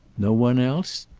no one else?